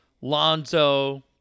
Lonzo